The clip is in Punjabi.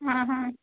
ਹਾਂ ਹਾਂ